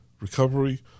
recovery